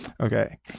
okay